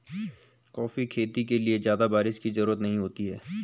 coffee खेती के लिए ज्यादा बाऱिश की जरूरत नहीं होती है